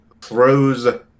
throws